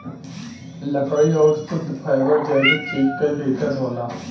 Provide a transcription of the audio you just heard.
लकड़ी आउर शुद्ध फैबर जैविक चीज क भितर होला